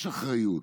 יש אחריות.